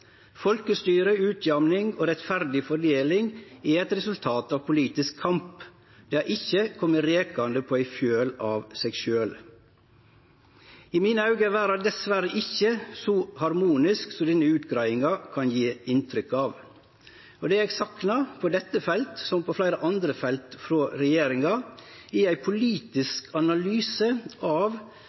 Folkestyre, utjamning og rettferdig fordeling er eit resultat av politisk kamp. Det har ikkje kome rekande på ei fjøl av seg sjølv. I mine auge er verda dessverre ikkje så harmonisk som denne utgreiinga kan gje inntrykk av. Det eg saknar frå regjeringa på dette feltet, som på fleire andre felt, er på den eine sida ein politisk analyse av